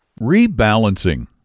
Rebalancing